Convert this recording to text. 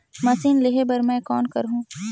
Machine लेहे बर मै कौन करहूं?